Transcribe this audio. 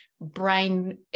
brain